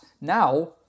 now